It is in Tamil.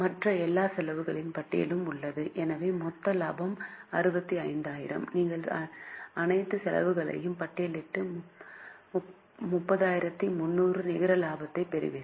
மற்ற எல்லா செலவுகளின் பட்டியலும் உள்ளது எனவே மொத்த லாபம் 65000 நீங்கள் அனைத்து செலவுகளையும் பட்டியலிட்டு 30300 நிகர லாபத்தைப் பெறுவீர்கள்